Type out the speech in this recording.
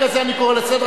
מרגע זה אני קורא לסדר.